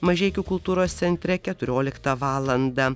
mažeikių kultūros centre keturioliktą valandą